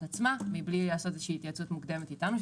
עצמה מבלי לעשות התייעצות מוקדמת אתנו,